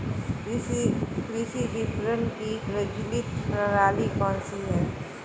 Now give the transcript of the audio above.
कृषि विपणन की प्रचलित प्रणाली कौन सी है?